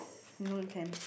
you know you can